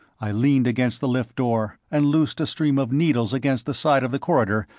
i leaned against the lift door, and loosed a stream of needles against the side of the corridor,